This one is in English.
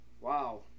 Wow